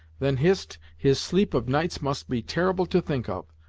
then, hist, his sleep of nights must be terrible to think of.